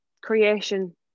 creation